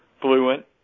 fluent